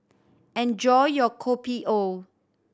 enjoy your Kopi O